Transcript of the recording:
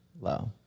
low